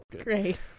great